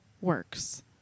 works